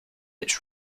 its